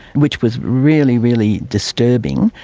which was really, really disturbing.